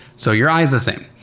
so your eye is the same.